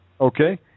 Okay